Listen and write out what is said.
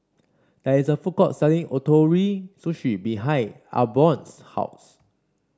there is a food court selling Ootoro Sushi behind Albion's house